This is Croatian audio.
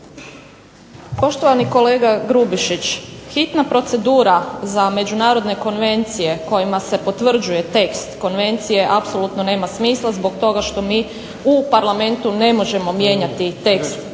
Poštovani kolega Grubišić, hitna procedura za međunarodne konvencije kojima se potvrđuje tekst konvencije apsolutno nema smisla zbog toga što mi u Parlamentu ne možemo mijenjati tekst